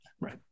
Right